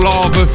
Love